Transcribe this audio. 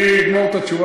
מי שם אותם שם?